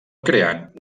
creant